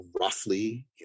roughly